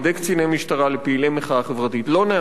משטרה לפעילי מחאה חברתית: לא נאפשר.